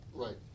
right